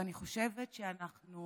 ואני חושבת שאנחנו